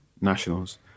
nationals